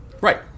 Right